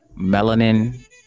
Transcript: melanin